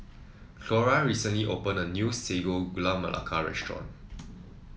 Cleora recently opened a new Sago Gula Melaka restaurant